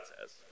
says